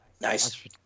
Nice